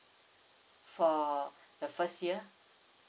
for the first year